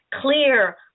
clear